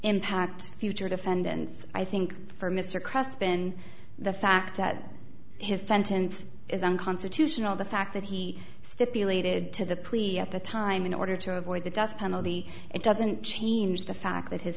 impact future defendants i think for mr quest been the fact that his sentence is unconstitutional the fact that he stipulated to the plea at the time in order to avoid the death penalty it doesn't change the fact that his